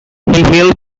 helped